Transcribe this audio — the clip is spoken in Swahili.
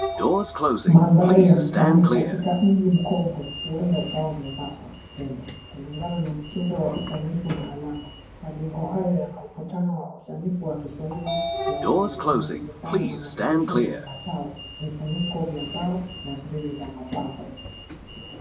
Mandhari ya mtaani katika mji mkongwe huenda ukawa Mombasa Kenya, kulingana na mtindo wa usanifu na alama, majengo hayo yana mvutano wa usanifu kiswahili kiarabu unaojulikana na madirisha yenye matao vifuniko vya mbao na grili za mapambo.